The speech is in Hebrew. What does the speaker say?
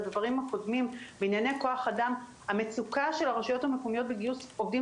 הקודמים בענייני כוח אדם המצוקה של הרשויות המקומיות בגיוס עובדים